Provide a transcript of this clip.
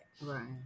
Right